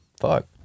Fuck